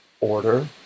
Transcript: order